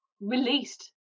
released